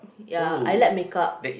ya I like makeup